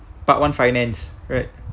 part one finance right